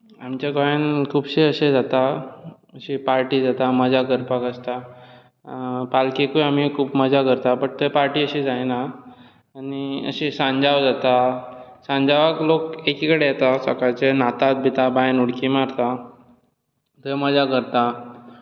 आमच्या गोंयांत खुबशे अशे जाता अशी पार्टी जाता मज्जा करपाक आसता पालखेकूय आमी खूब मज्जा करतात पूण थंय पार्टी अशी जायना आनी अशें साजांव जाता साजांवाक लोक एके कडेन येतात सकाळचे न्हातात बितात बांयंत उडकी मारतात थंय मज्जा करतात